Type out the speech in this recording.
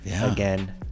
again